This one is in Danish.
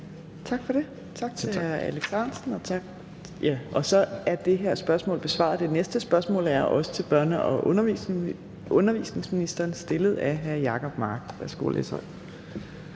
Tak for det. Tak til hr. Alex Ahrendtsen. Så er det her spørgsmål besvaret. Det næste spørgsmål er også til børne- og undervisningsministeren og er stillet af hr. Jacob Mark.